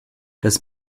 das